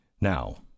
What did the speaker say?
Now